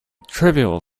trivial